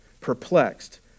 perplexed